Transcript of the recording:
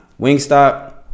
Wingstop